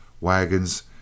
wagons